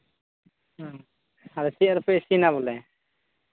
ᱦᱮᱸ ᱟᱫᱚ ᱪᱮᱫ ᱨᱮᱯᱮ ᱤᱥᱤᱱᱟ ᱵᱚᱞᱮ